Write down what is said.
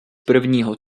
prvního